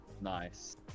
Nice